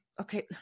okay